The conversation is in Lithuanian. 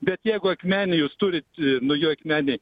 bet jeigu akmenėj jūs turite naujojoj akmenėj